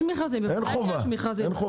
אין חובה.